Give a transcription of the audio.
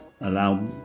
allow